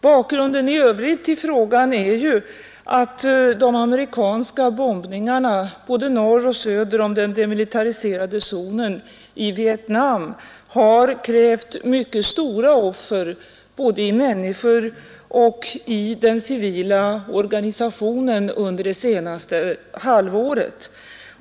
Bakgrunden i övrigt till frågan är ju att de amerikanska bombningarna både norr och söder om den demilitariserade zonen i Vietnam har krävt mycket stora offer både i människor och i den civila organisationen under det senaste halvåret.